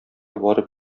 барып